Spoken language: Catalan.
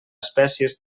espècies